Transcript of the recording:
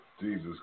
Jesus